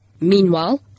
Meanwhile